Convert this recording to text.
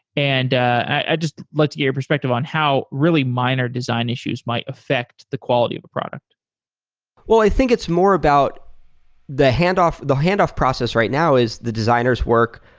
and i just like to get your perspective on how really minor design issues might affect the quality of the product well, i think it's more about the handoff the handoff process right now is the designers work